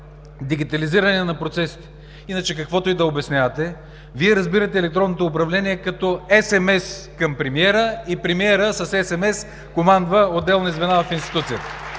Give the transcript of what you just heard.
дигитализиране на процесите. Каквото и да обяснявате, Вие разбирате електронното управление като СМС към премиера, и премиерът със СМС командва отделни звена в институцията.